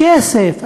כסף.